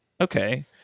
okay